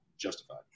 justified